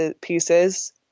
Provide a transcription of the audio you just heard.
pieces